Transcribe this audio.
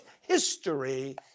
history